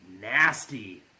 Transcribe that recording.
nasty